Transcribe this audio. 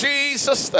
Jesus